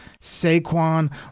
Saquon